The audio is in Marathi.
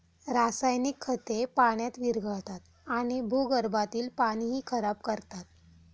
रासायनिक खते पाण्यात विरघळतात आणि भूगर्भातील पाणीही खराब करतात